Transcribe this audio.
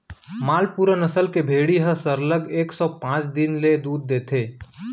मालपुरा नसल के भेड़ी ह सरलग एक सौ पॉंच दिन ले दूद देथे